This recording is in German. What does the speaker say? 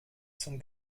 zum